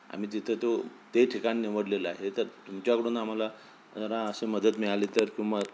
आम्ही तिथं तो ते ठिकाण निवडलेलं आहे तर तुमच्याकडून आम्हाला जरा अशी मदत मिळाली तर किंवा